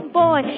boy